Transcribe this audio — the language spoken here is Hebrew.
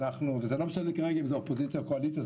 ולא משנה כרגע אם זה מהקואליציה או האופוזיציה,